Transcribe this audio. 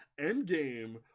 Endgame